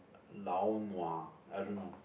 lao nua I don't know